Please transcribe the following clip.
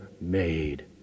made